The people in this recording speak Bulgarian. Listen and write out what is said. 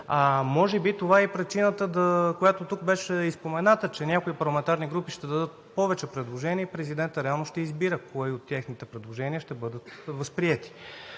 Може би това е и причината, която беше спомената, че някои парламентарни групи ще дадат повече предложения и президентът реално ще избира кои от техните предложения ще бъдат възприети.